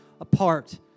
apart